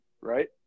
Right